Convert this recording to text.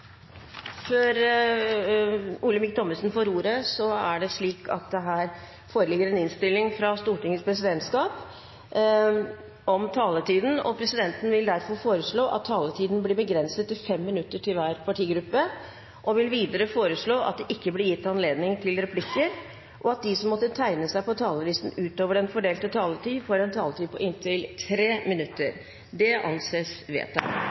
Før sakene på dagens kart tas opp til behandling, vil presidenten opplyse om at møtet fortsetter utover kl. 16. Presidenten vil foreslå at taletiden blir begrenset til 5 minutter til hver partigruppe. Videre vil presidenten foreslå at det ikke blir gitt anledning til replikker, og at de som måtte tegne seg på talerlisten utover den fordelte taletid, får en taletid på inntil 3 minutter. – Det anses vedtatt.